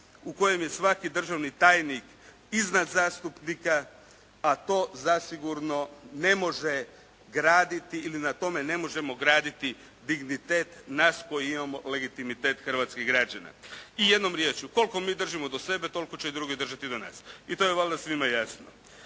u kojem je svaki državni tajnik iznad zastupnika, a to zasigurno ne može graditi ili na kome ne možemo graditi dignitet nas koji imamo legitimitet hrvatskih građana. I jednom riječju, koliko mi držimo do sebe, toliko će i drugi držati do nas, i to je valjda svima jasno.